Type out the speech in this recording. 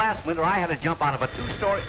last winter i had to jump out of a two story